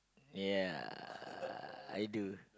ya I do